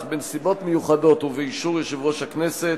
אך בנסיבות מיוחדות ובאישור יושב-ראש הכנסת,